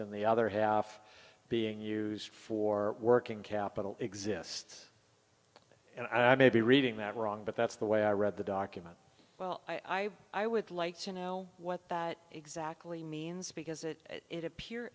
and the other half being used for working capital exists and i may be reading that wrong but that's the way i read the document well i i i would like to know what that exactly means because it it appear